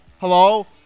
Hello